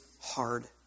Hard